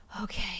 okay